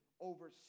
over